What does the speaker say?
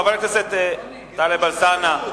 חבר הכנסת טלב אלסאנע.